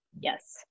Yes